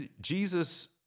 Jesus